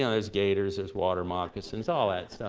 ah there's gators, there's water moccasins, all that stuff.